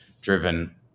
driven